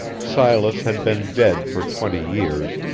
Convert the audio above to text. silas had been dead for twenty years,